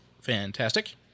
fantastic